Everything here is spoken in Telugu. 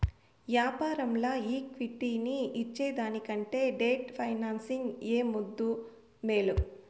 యాపారంల ఈక్విటీని ఇచ్చేదానికంటే డెట్ ఫైనాన్సింగ్ ఏ ముద్దూ, మేలు